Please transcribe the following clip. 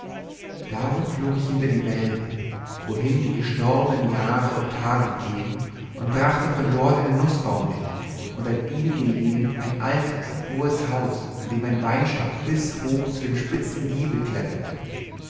darum flog ich hinter die wälder wohin die gestorbenen jahre und tage gehen und brachte von dort einen nußbaum mit und an ihn gelehnt ein altes hohes haus an dem ein weinstock bis hoch zu dem spitzen giebel kletterte